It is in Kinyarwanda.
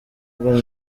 bwo